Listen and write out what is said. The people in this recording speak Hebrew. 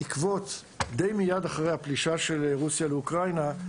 די מייד אחרי הפלישה של רוסיה לאוקראינה,